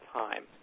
time